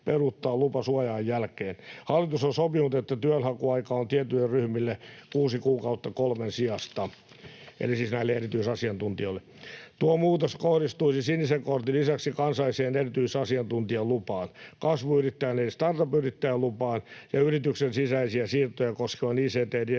peruuttaa lupa suoja-ajan jälkeen. Hallitus on sopinut, että työnhakuaika on tietyille ryhmille kuusi kuukautta kolmen sijasta, eli siis näille erityisasiantuntijoille. Tuo muutos kohdistuisi sinisen kortin lisäksi kansalliseen erityisasiantuntijalupaan, kasvuyrittäjän eli startup-yrittäjän lupaan ja yrityksen sisäisiä siirtoja koskevan ICT-direktiivin